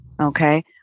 Okay